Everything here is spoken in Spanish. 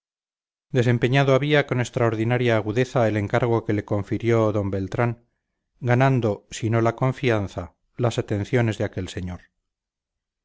desempeñado había con extraordinaria agudeza el encargo que le confirió d beltrán ganando si no la confianza las atenciones de aquel señor